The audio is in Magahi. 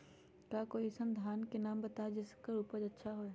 का कोई अइसन धान के नाम बताएब जेकर उपज अच्छा से होय?